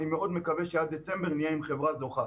אני מאוד מקווה שעד דצמבר נהיה עם חברה זוכה.